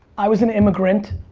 i was an immigrant,